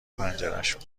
پنجرشون